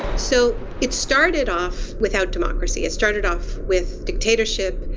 so it started off without democracy, it started off with dictatorship.